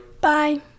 Bye